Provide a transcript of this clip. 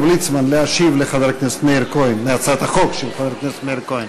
ליצמן להשיב על הצעת החוק של חבר הכנסת מאיר כהן.